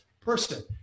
Person